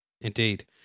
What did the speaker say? Indeed